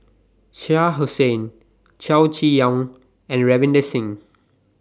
Shah Hussain Chow Chee Yong and Ravinder Singh